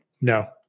No